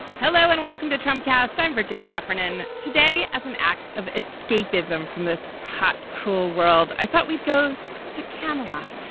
hello and welcome to trump cast. i'm virginia heffernan. today as an act of escapism from this hot, cruel world. i thought we'd go to camelot,